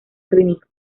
clínico